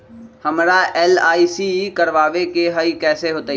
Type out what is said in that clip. हमरा एल.आई.सी करवावे के हई कैसे होतई?